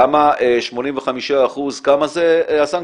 למה 85%, כמה זה הסנקציה?